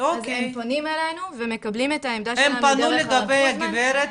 הם פונים אלינו ומקבלים את העמדה שלנו דרך --- הם פנו לגבי הגברת?